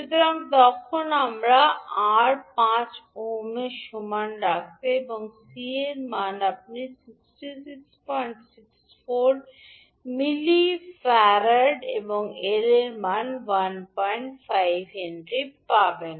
সুতরাং যখন আপনি R 5 হিমের সমান রাখবেন তখন C এর মান আপনি 6667 মিলিফার্ড এবং L এর 15 হেনরি পাবেন